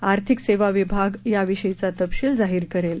आर्थिक सेवा विभाग याविषयीचा तपशील जाहीर करेल